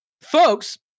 folks